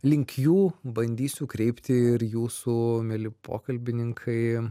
link jų bandysiu kreipti ir jūsų mieli pokalbininkai